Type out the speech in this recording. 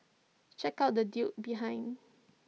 check out the dude behind